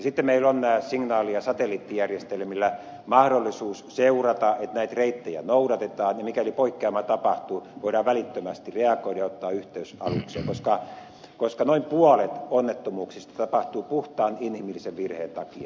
sitten meillä on näillä signaali ja satelliittijärjestelmillä mahdollisuus seurata että näitä reittejä noudatetaan ja mikäli poikkeama tapahtuu voidaan välittömästi reagoida ja ottaa yhteys alukseen koska noin puolet onnettomuuksista tapahtuu puhtaan inhimillisen virheen takia